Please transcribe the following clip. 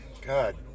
God